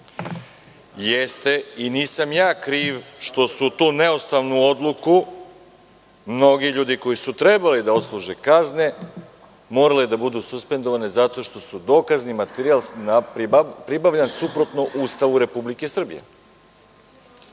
neustavnim. Nisam ja kriv što su tu neustavnu odluku mnogi ljudi koji su trebali da odsluže kazne morali da budu suspendovani zato što je dokazni materijal pribavljen suprotno Ustavu Republike